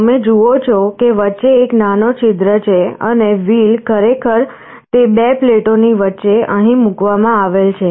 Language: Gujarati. તમે જુઓ છો કે વચ્ચે એક નાનો છિદ્ર છે અને wheel ખરેખર તે બે પ્લેટોની વચ્ચે અહીં મૂકવામાં આવેલ છે